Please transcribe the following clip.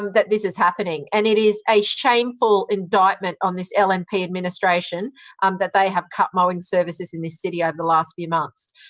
um that this is happening. and it is a shameful indictment on this ah and lnp administration um that they have cut mowing services in this city over the last few months.